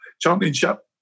championship